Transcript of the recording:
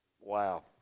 Wow